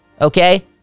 Okay